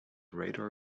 radar